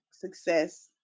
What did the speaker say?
success